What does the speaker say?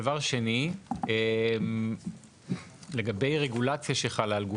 דבר שני לגבי הרגולציה שחלה על הגופים.